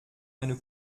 eine